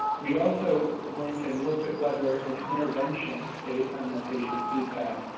we also went and looked at whether an intervention, based on the patient feedback,